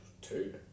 Two